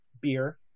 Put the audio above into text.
beer